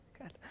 Good